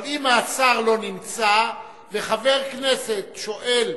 אבל אם השר לא נמצא וחבר כנסת שואל,